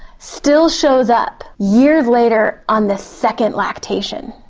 still shows up years later on the second lactation.